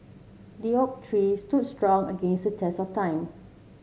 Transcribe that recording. the oak tree stood strong against the test of time